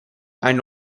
and